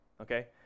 Okay